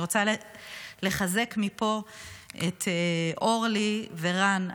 ואני רוצה לחזק מפה את אורלי ורן,